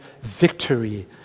victory